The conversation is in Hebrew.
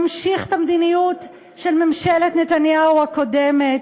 ממשיך את המדיניות של ממשלת נתניהו הקודמת.